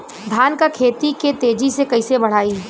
धान क खेती के तेजी से कइसे बढ़ाई?